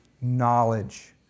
knowledge